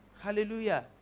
Hallelujah